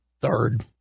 third